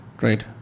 Right